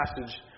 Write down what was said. passage